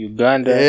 Uganda